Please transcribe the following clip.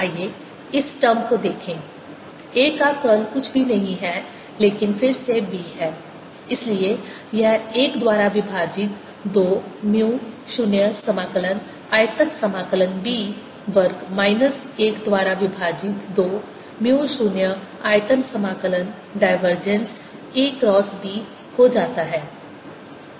आइए इस टर्म को देखें A का कर्ल कुछ भी नहीं है लेकिन फिर से B है इसलिए यह 1 द्वारा विभाजित 2 म्यू 0 समाकलन आयतन समाकलन B वर्ग माइनस 1 द्वारा विभाजित 2 म्यू 0 आयतन समाकलन डाइवर्जेंस A B हो जाता है